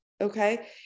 Okay